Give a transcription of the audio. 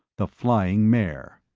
the flying mare.